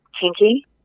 kinky